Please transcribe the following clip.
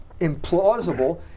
implausible